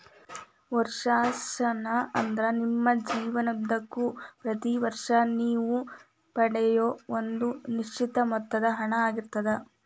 ವರ್ಷಾಶನ ಅಂದ್ರ ನಿಮ್ಮ ಜೇವನದುದ್ದಕ್ಕೂ ಪ್ರತಿ ವರ್ಷ ನೇವು ಪಡೆಯೂ ಒಂದ ನಿಶ್ಚಿತ ಮೊತ್ತದ ಹಣ ಆಗಿರ್ತದ